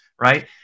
right